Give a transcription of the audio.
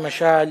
למשל,